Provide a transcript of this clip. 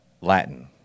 Latin